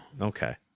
Okay